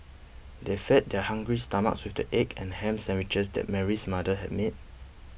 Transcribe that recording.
they fed their hungry stomachs with the egg and ham sandwiches that Mary's mother had made